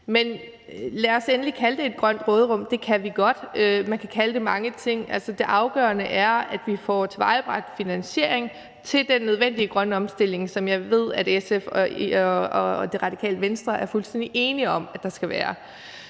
Men lad os endelig kalde det et grønt råderum, det kan vi godt. Man kan kalde det mange ting. Altså, det afgørende er, at vi får tilvejebragt finansiering til den nødvendige grønne omstilling, som jeg ved SF og Radikale Venstre er fuldstændig enige om der skal være.